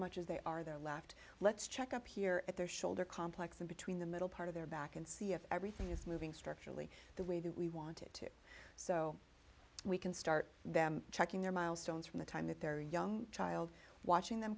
much as they are their left let's check up here at their shoulder complex and between the middle part of their back and see if everything is moving structurally the way we want it to so we can start them checking their milestones from the time that they're young child watching them